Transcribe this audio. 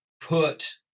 put